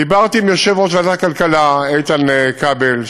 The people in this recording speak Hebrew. דיברתי עם יושב-ראש ועדת הכלכלה איתן כבל,